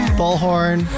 bullhorn